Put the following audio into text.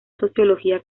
sociología